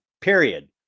Period